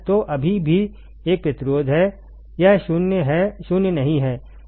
तो अभी भी एक प्रतिरोध है यह 0 नहीं है